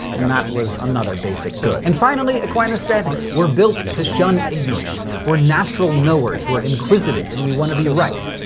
and that was another basic good. and finally, aquinas said we're built to shun ignorance. we're natural knowers. we're inquisitive, and we want to be right.